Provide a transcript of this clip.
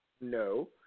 No